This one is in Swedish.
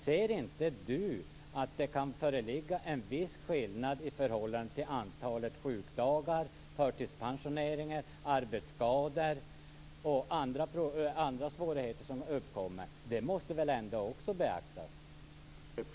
Ser inte du att det kan föreligga en viss skillnad i förhållande till antalet sjukdagar, förtidspensioneringar, arbetsskador och andra svårigheter som uppkommer? Det måste väl ändå också beaktas?